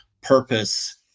purpose